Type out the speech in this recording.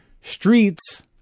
Streets